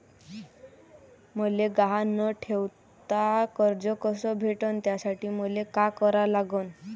मले गहान न ठेवता कर्ज कस भेटन त्यासाठी मले का करा लागन?